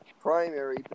primary